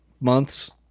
months